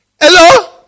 Hello